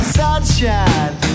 sunshine